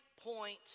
point